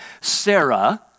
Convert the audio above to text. Sarah